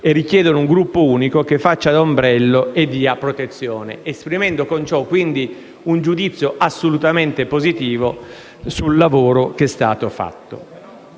e richiedono un gruppo unico che faccia da ombrello e dia protezione». Egli esprime con ciò un giudizio assolutamente positivo del lavoro che è stato fatto.